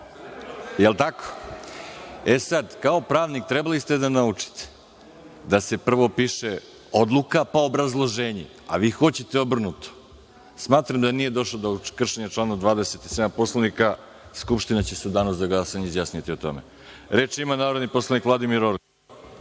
Je li tako? E sad, kao pravnik, trebalo je da naučite da se prvo piše odluka pa obrazloženje, a vi hoćete obrnuto. Smatram da nije došlo do kršenja člana 27. Poslovnika. Skupština će se u danu za glasanje izjasniti o tome. Reč ima narodni poslanik Vladimir Orlić.